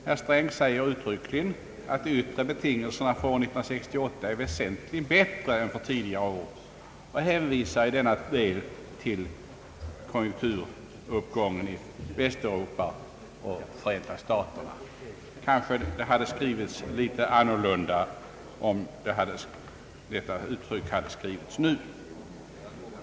Herr Sträng säger uttryckligen att de yttre betingelserna för år 1968 är väsentligt bättre än för tidigare år och hänvisar i denna del till konjunkturuppgången för Västeuropa och Förenta staterna. Kanske det hade skrivits litet annorlunda om uttrycket hade formulerats efter de senaste händelserna i sistnämnda land.